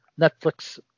Netflix